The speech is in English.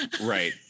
right